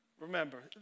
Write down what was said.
Remember